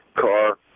car